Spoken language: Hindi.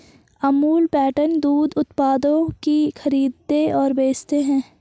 अमूल पैटर्न दूध उत्पादों की खरीदते और बेचते है